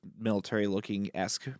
military-looking-esque